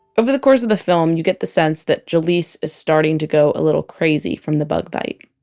over the course of the film, you get the sense that jaleese is starting to go a little crazy from the bug bite.